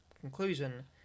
conclusion